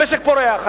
המשק פורח.